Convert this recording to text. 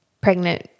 pregnant